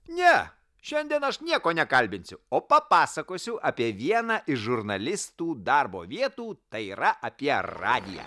ne šiandien aš nieko nekalbinsiu o papasakosiu apie vieną iš žurnalistų darbo vietų tai yra apie radiją